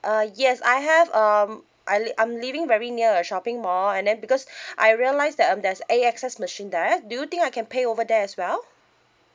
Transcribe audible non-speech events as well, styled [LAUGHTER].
uh yes I have um I~ I'm living very near a shopping mall and then because [BREATH] I realize that um there's A_X_S machine there do you think I can pay over there as well